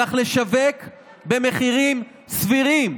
צריך לשווק במחירים סבירים.